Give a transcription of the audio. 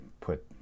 put